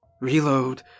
Reload